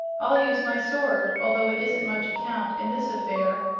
i'll use my sword, although it isn't much account in this affair.